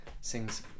sings